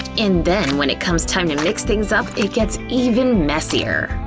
and then when it comes time to mix things up, it gets even messier!